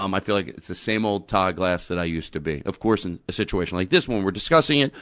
um i feel like it's the same old todd glass that i used to be. of course, in a situation like this when we're discussing it,